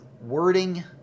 wording